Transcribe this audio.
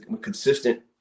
consistent